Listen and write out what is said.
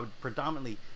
predominantly